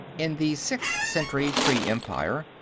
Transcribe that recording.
in the sixth century pre-empire,